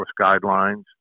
guidelines